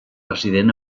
resident